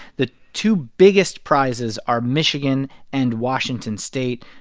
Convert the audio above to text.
the two biggest prizes are michigan and washington state.